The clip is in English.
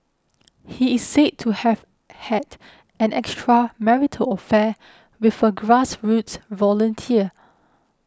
he is said to have had an extramarital affair with a grassroots volunteer